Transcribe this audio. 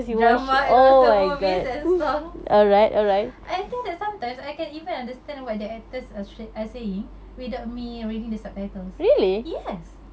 drama and also movies and songs I think that sometimes I can even understand why the actors are saying without me reading the subtitles yes